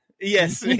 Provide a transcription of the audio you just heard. Yes